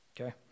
okay